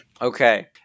Okay